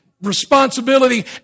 responsibility